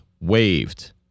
waved